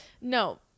no